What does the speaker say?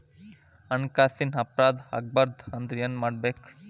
ಹಣ್ಕಾಸಿನ್ ಅಪರಾಧಾ ಆಗ್ಬಾರ್ದು ಅಂದ್ರ ಏನ್ ಮಾಡ್ಬಕು?